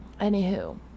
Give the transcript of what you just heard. anywho